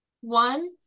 one